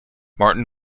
martin